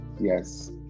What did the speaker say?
Yes